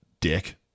dick